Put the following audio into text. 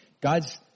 God's